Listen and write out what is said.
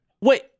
Wait